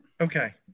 okay